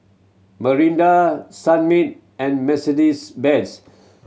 Mirinda Sunmaid and Mercedes Benz